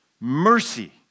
Mercy